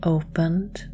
opened